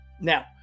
Now